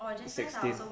the sixteen